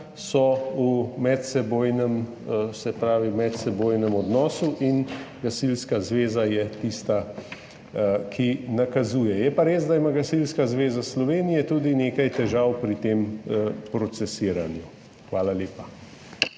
v medsebojnem odnosu in Gasilska zveza je tista, ki nakazuje. Je pa res, da ima Gasilska zveza Slovenije tudi nekaj težav pri tem procesiranju. Hvala lepa.